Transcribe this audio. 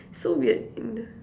so weird in the